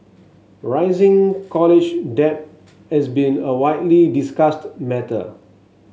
rising college debt has been a widely discussed matter